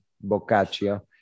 boccaccio